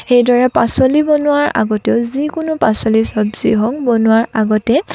সেইদৰে পাচলি বনোৱাৰ আগতেও যিকোনো পাচলি চবজি হওক বনোৱাৰ আগতে